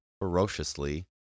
ferociously